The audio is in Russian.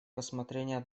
рассмотрения